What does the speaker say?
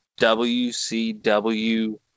wcw